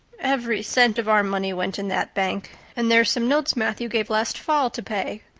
every cent of our money went in that bank and there's some notes matthew gave last fall to pay.